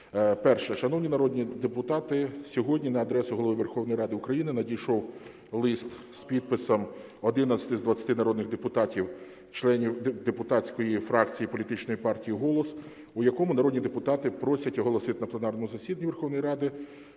Перше. Шановні народні депутати, сьогодні на адресу Голови Верховної Ради України надійшов лист з підписом 11 з 20 народних депутатів членів депутатської фракції політичної партії "Голос", у якому народні депутати просять оголосити на пленарному засіданні Верховної Ради